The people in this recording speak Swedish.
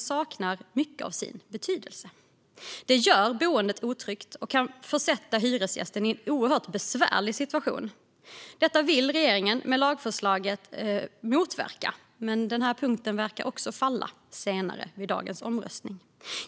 saknar mycket av sin betydelse. Det gör boendet otryggt och kan försätta hyresgästen i en oerhört besvärlig situation. Detta vill regeringen motverka med sitt lagförslag, men också det förslaget verkar falla i omröstningen senare i dag.